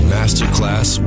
Masterclass